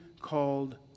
called